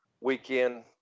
weekend